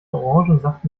orangensaft